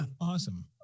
Awesome